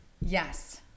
Yes